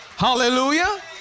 Hallelujah